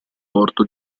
porto